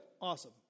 awesome